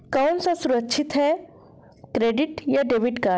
कौन सा सुरक्षित है क्रेडिट या डेबिट कार्ड?